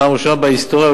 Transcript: פעם ראשונה בהיסטוריה,